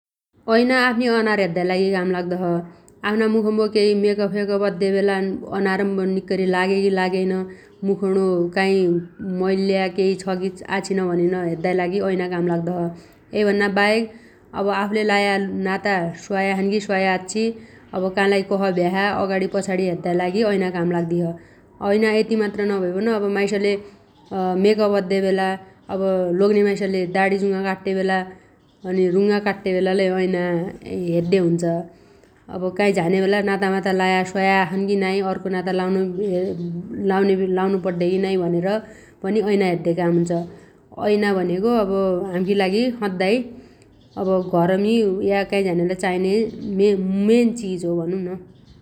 ऐना आफ्नी अनार हेद्दाइ लागि काम लाग्दो छ । आफ्ना मुखम्बो केइ मेकअप सेकअप अद्देबेला अनारम्बो निक्कैरी लाग्योगी लागेइन । मुखौणो काइ मैल्ल्या केइ छैगी आछिन भनिबन हेद्दाइ लागि ऐना काम लाग्दो छ । यैभन्नाबाहेक अब आफुले लाया नाता स्वाया छन् गि स्वाया आच्छि अब कालाइ कस भ्याछ अगाडी पछाडि हेद्दाइ लागि ऐना काम लाग्दिछ । ऐना यतिमात्र नभइबन अब माइसले मेकअप अद्देबेला अब लोग्ने माइसले दाणीजुमा काट्टेबेला अनि रुंङा काट्टेबेला लै ऐना हेद्दे हुन्छ । अब काइ झानेबेला नातामाता लाया स्वाया छन् गी नाइ अर्खो नातो लाउनो लाउनो पड्डे होइगी नाइ भनेर पनि ऐना हेद्दे काम हुन्छ । ऐना भनेगो अब हाम्खीलागि सद्दाइ अब घरमी या काइ झानेबेला चाइने मेन चिज हो भनुन ।